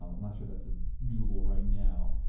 um i'm not sure that's ah doable right now,